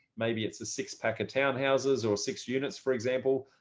maybe it's a six pack townhouses or six units, for example,